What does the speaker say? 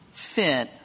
fit